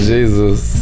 Jesus